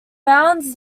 bounds